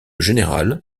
général